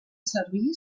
servir